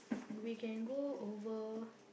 we can go over